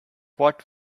what